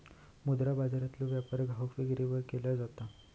मुद्रा बाजारातलो व्यापार घाऊक विक्रीवर केलो जाता